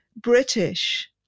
British